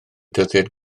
dyddiad